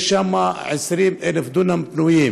יש שם 20,000 דונם פנויים.